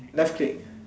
left click